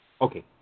Okay